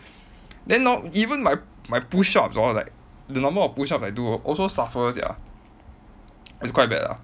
then hor even my my push-ups hor like the number of push-ups I do also suffer sia it's quite bad lah